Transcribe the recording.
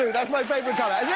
that's my favorite color,